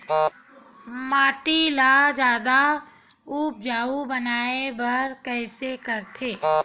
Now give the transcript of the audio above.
माटी ला जादा उपजाऊ बनाय बर कइसे करथे?